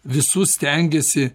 visus stengiasi